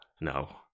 No